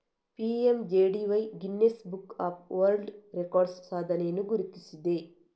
PMJDY Guinness book of world records ಸಾಧನೆಯನ್ನು ಗುರುತಿಸಿದೆ